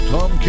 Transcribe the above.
Tom